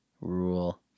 rule